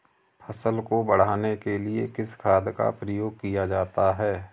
फसल को बढ़ाने के लिए किस खाद का प्रयोग किया जाता है?